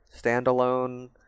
standalone